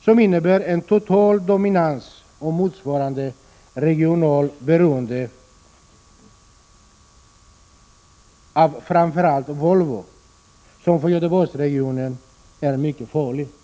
som innebär total dominans och motsvarande regionalt beroende av framför allt Volvo, något som för Göteborgsregionen är mycket farligt.